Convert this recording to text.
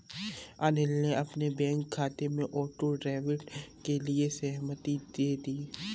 अनिल ने अपने बैंक खाते में ऑटो डेबिट के लिए सहमति दे दी